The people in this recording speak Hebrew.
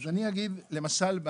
למשל,